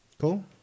Cool